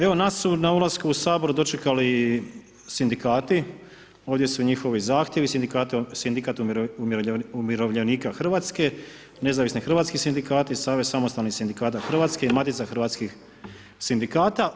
Evo nas su na ulasku u Sabor dočekali Sindikati, ovdje su njihovi zahtjevi, Sindikat umirovljenika Hrvatske, Nezavisni hrvatski sindikati, Savez samostalnih sindikata Hrvatske i Matica hrvatskih sindikata.